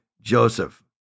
Joseph